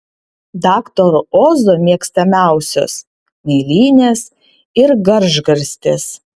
daktaro ozo mėgstamiausios mėlynės ir gražgarstės